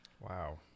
wow